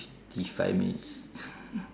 fifty five minutes